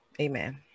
Amen